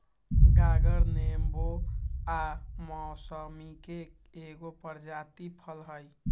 गागर नेबो आ मौसमिके एगो प्रजाति फल हइ